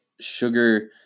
sugar